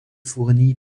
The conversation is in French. fournie